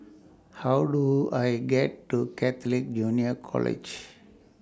How Do I get to Catholic Junior College